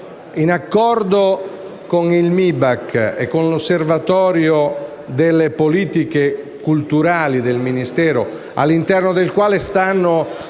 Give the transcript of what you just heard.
in accordo con il MIBACT e con l’Osservatorio delle politiche culturali del Ministero, all’interno del quale si